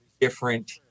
different